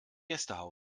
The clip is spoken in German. gästehaus